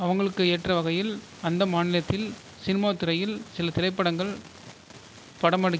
அவங்களுக்கு ஏற்ற வகையில் அந்த மாநிலத்தில் சினிமாத்துறையில் சில திரைப்படங்கள் படமெடு